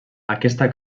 aquesta